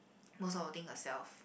most of the thing herself